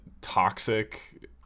toxic